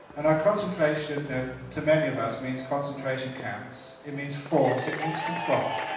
and concentration ah to many of us means concentration camps, it means force, it means control.